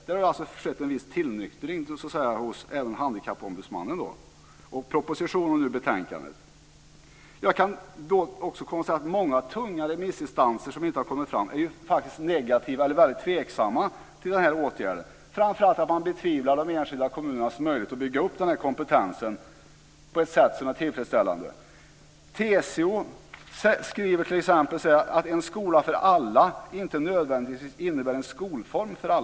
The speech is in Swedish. Det har alltså skett en viss tillnyktring hos även Handikappombudsmannen och i propositionen och betänkandet. Jag kan också konstatera att många tunga remissinstanser, som inte nämnts, faktiskt varit negativa eller i varje fall tveksamma till den här åtgärden. Framför allt betvivlar man de enskilda kommunernas möjligheter att bygga upp den här kompetensen på ett sätt som är tillfredsställande. TCO skriver t.ex. att en skola för alla inte nödvändigtvis innebär en skolform för alla.